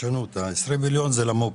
ה-20 מיליון שקלים הם למו"פ.